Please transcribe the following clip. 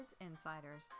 Insiders